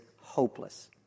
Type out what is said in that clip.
hopeless